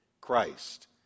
Christ